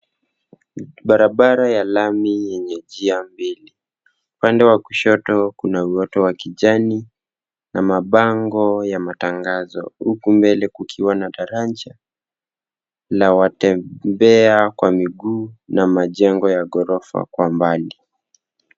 Barabara ya lami yenye njia mbili. Upande wa kushoto kuna uoto wa kijani na mabango ya matangazo huku mbele kukiwa na daraja na watembea kwa miguu na majengo ya ghorofa kwa mbali.